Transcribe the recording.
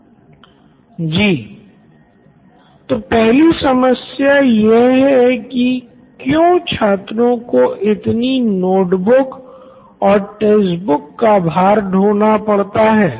Siddharth Maturi CEO Knoin electronics तो पहली समस्या यह है की क्यों छात्रों को इतनी नोटबुक और टेक्स्ट बुक का भार ढ़ोना पड़ता है